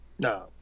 No